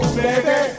baby